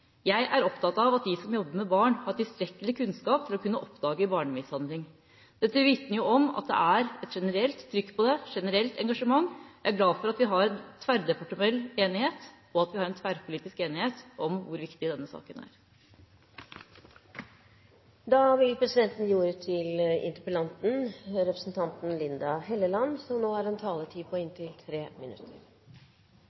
er opptatt av at de som jobber med barn, har tilstrekkelig kunnskap til å kunne oppdage barnemishandling.» Dette vitner om at det er et generelt trykk på det, et generelt engasjement. Jeg er glad for at vi har tverrdepartemental enighet, og at vi har en tverrpolitisk enighet om hvor viktig denne saken er. Jeg vil takke for alle de gode innleggene i debatten. Jeg synes vi har hatt en